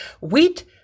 Wheat